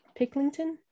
Picklington